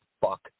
fuck